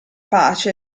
pace